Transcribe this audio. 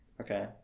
okay